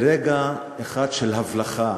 ברגע של הבלחה